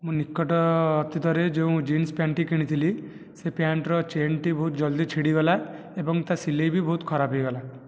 ମୁଁ ନିକଟ ଅତୀତରେ ଯେଉଁ ଜିନ୍ସ ପ୍ୟାଣ୍ଟଟି କିଣିଥିଲି ସେ ପ୍ୟାଣ୍ଟର ଚେନ୍ଟି ବହୁତ ଜଲ୍ଦି ଛିଡ଼ିଗଲା ଏବଂ ତା ସିଲେଇ ବି ବହୁତ ଖରାପ ହୋଇଗଲା